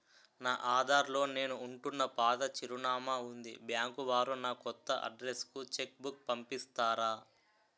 నా ఆధార్ లో నేను ఉంటున్న పాత చిరునామా వుంది బ్యాంకు వారు నా కొత్త అడ్రెస్ కు చెక్ బుక్ పంపిస్తారా?